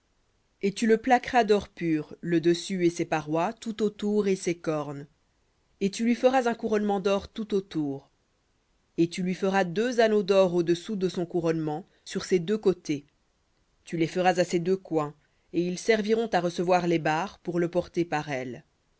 et tu le plaqueras d'or pur le dessus et ses parois tout autour et ses cornes et tu lui feras un couronnement d'or tout autour et tu lui feras deux anneaux d'or au-dessous de son couronnement sur ses deux côtés tu les feras à ses deux coins et ils serviront à recevoir les barres pour le porter par elles